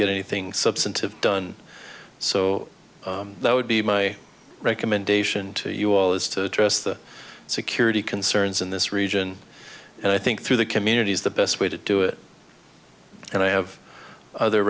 get anything substantive done so that would be my recommendation to you all is to trust the security concerns in this region and i think through the community is the best way to do it and i have other